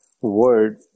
word